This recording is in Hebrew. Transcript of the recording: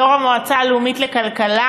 יושב-ראש המועצה הלאומית לכלכלה,